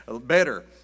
better